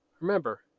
Remember